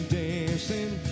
dancing